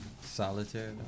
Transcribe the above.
Solitaire